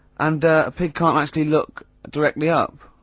and ah, a pig can't actually look, directly up.